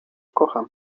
kocham